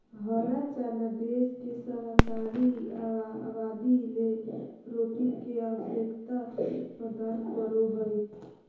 हरा चना देश के शाकाहारी आबादी ले प्रोटीन के आवश्यकता प्रदान करो हइ